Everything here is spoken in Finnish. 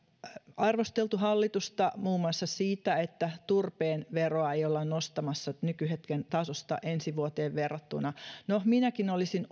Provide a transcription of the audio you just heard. arvosteltu hallitusta muun muassa siitä että turpeen veroa ei olla nostamassa nykyhetken tasosta ensi vuoteen verrattuna no minäkin olisin